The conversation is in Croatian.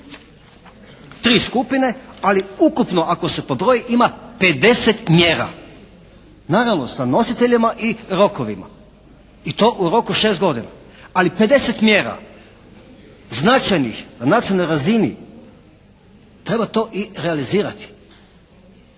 tri skupine, ali ukupno ako se pobroji ima 50 mjera. Naravno sa nositeljima i rokovima i to u roku 6 godina. Ali 50 mjera značajnih na nacionalnoj razini. Treba to i realizirati.